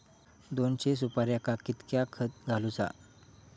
दोनशे सुपार्यांका कितक्या खत घालूचा?